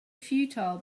futile